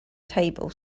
table